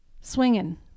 swinging